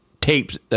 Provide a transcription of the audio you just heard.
tapes